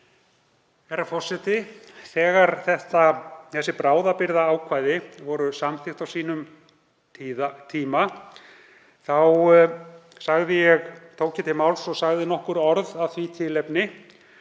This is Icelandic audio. Herra forseti. Þegar þessi bráðabirgðaákvæði voru samþykkt á sínum tíma tók ég til máls og sagði nokkur orð af því tilefni.